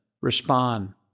respond